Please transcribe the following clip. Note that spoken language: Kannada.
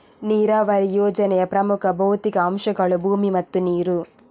ನೀರಾವರಿ ಯೋಜನೆಯ ಪ್ರಮುಖ ಭೌತಿಕ ಅಂಶಗಳು ಭೂಮಿ ಮತ್ತು ನೀರು